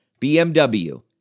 BMW